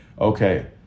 okay